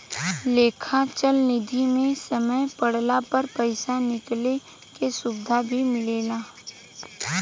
लेखा चल निधी मे समय पड़ला पर पइसा निकाले के सुविधा भी मिलेला